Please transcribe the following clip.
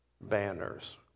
banners